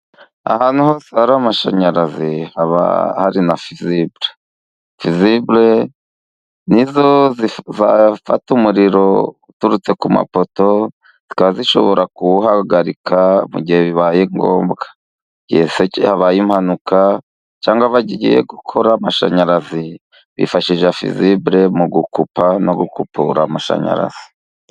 Ahantu hose hari amashanyarazi haba hari na fizibure. Fizibure nizo zifata umuriro uturutse ku mapoto, zikaba zishobora kuwuhagarika mu gihe bibaye ngombwa, igihe cyose habaye impanuka, cyangwa bagiye gukora amashanyarazi bifashisha fizibure, mu gukupa no gukupura amashanyarazi.